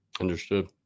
understood